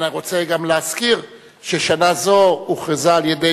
אני גם רוצה להזכיר ששנה זו הוכרזה על-ידי